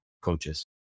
coaches